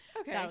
Okay